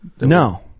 No